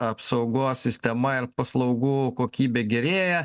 apsaugos sistema ir paslaugų kokybė gerėja